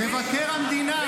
רגע,